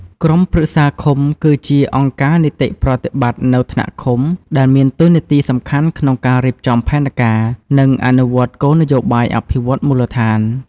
ក្រុមប្រឹក្សាឃុំគឺជា អង្គការនីតិប្រតិបត្តិនៅថ្នាក់ឃុំ ដែលមានតួនាទីសំខាន់ក្នុងការរៀបចំផែនការ និងអនុវត្តគោលនយោបាយអភិវឌ្ឍន៍មូលដ្ឋាន។